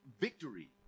victory